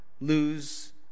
lose